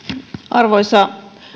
arvoisa